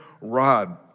rod